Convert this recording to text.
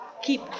keep